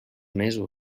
mesos